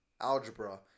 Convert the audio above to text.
algebra